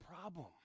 problem